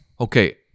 Okay